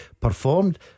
performed